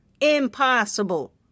Impossible